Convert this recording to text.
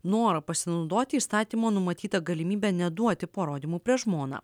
norą pasinaudoti įstatymo numatyta galimybe neduoti parodymų prieš žmoną